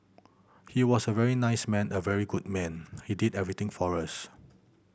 he was a very nice man a very good man he did everything for us